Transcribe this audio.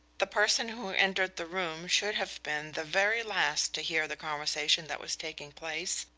the person who entered the room should have been the very last to hear the conversation that was taking place,